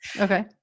Okay